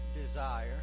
desire